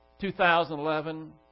2011